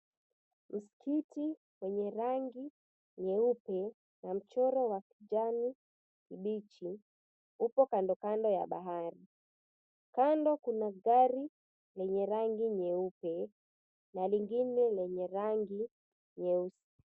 Msikiti wenye rangi nyeupe na mchoro wa kijani kibichi upo kandokando ya bahari. Kando kuna gari lenye rangi nyeupe na lingine lenye rangi nyeusi.